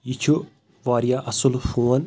یہِ چھُ واریاہ اصل فون